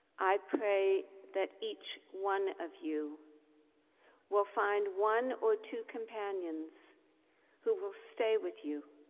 i pray that each one of you will find one or two companions who will stay with you,